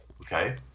Okay